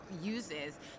uses